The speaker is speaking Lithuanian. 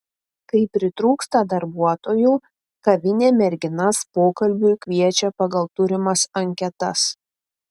kai pritrūksta darbuotojų kavinė merginas pokalbiui kviečia pagal turimas anketas